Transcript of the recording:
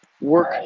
work